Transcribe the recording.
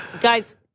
Guys